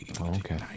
Okay